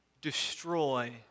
destroy